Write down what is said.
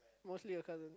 mostly your cousin